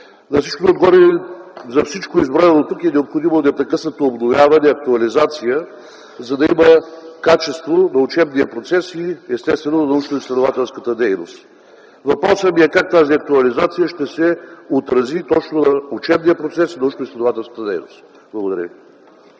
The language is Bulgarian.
На всичкото отгоре за всичко изброено дотук е необходимо непрекъснато обновяване и актуализация, за да има качество на учебния процес и естествено научноизследователската дейност. Въпросът ми е: как тази актуализация ще се отрази точно на учебния процес и научноизследователската дейност? Благодаря ви.